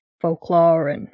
folklore